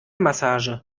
massage